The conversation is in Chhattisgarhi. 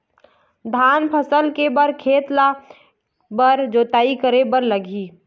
धान फसल के बर खेत ला के के बार जोताई करे बर लगही?